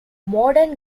modern